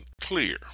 clear